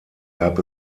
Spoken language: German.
gab